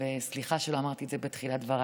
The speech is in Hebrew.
וסליחה שלא אמרתי את זה בתחילת דבריי.